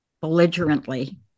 belligerently